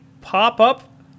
pop-up